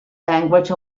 language